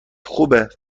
خوبه